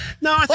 No